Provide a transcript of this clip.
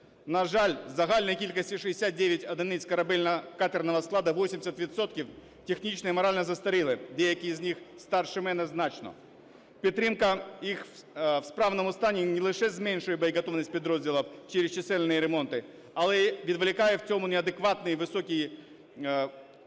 На жаль, із загальної кількості 69 одиниць корабельно-катерного складу 80 відсотків технічно і морально застарілі, деякі з них старше мене значно. Підтримка їх у справному стані не лише зменшує боєготовність підрозділів через чисельні ремонти, але відволікає в цьому неадекватно високі людські